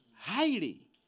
highly